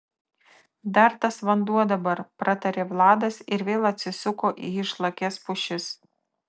dar tas vanduo dabar pratarė vladas ir vėl atsisuko į išlakias pušis